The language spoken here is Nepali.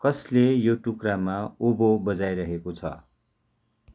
कसले यो टुक्रामा ओबो बजाइरहेको छ